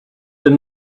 had